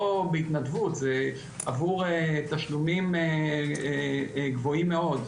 בהתנדבות זה עבור תשלומים גבוהים מאוד,